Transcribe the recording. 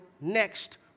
next